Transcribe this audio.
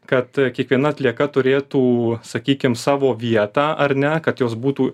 kad kiekviena atlieka turėtų sakykim savo vietą ar ne kad jos būtų